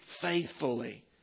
faithfully